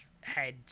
head